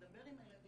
לדבר עם הילדים.